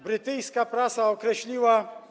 Brytyjska prasa określiła.